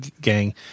gang